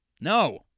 No